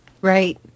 right